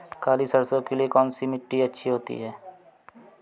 काली सरसो के लिए कौन सी मिट्टी अच्छी होती है?